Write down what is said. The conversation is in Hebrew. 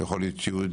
הוא יכול להיות יהודי,